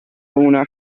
una